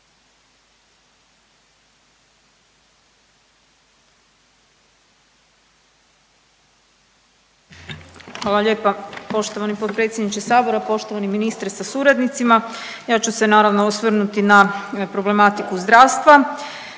Hvala lijepa poštovani potpredsjedniče sabora, poštovani ministre sa suradnicima. Ja ću se naravno osvrnuti na problematiku zdravstva.